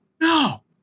No